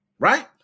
Right